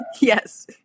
Yes